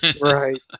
Right